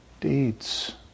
deeds